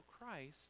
Christ